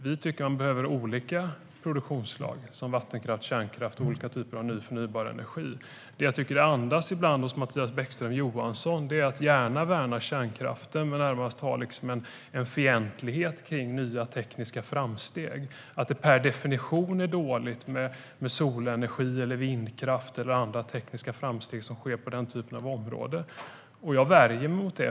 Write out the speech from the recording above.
Vi tycker att man behöver olika produktionsslag, som vattenkraft, kärnkraft och olika typer av ny förnybar energi. Jag tycker ibland att det hos Mattias Bäckström Johansson andas att man gärna värnar kärnkraften men närmast har en fientlighet kring nya tekniska framsteg. Det är per definition dåligt med solenergi, vindkraft eller andra tekniska framsteg som sker på detta område. Jag värjer mig mot det.